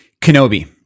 Kenobi